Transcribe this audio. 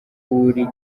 ukuri